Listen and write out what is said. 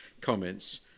comments